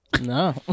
No